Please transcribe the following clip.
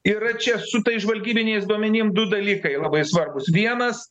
ir čia su tais žvalgybiniais duomenimi du dalykai labai svarbūs vienas